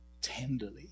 tenderly